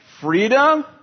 Freedom